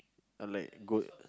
and like go